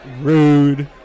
Rude